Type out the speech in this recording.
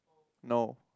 no